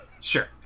Sure